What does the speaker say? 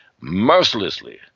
mercilessly